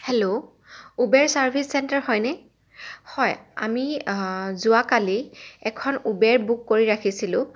hello Uber service centre হয়নে হয় আমি যোৱাকালি এখন উবেৰ বুক কৰি ৰাখিছিলোঁ